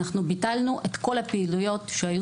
אנחנו ביטלנו את כל הפעילויות שהיו